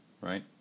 right